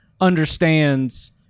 understands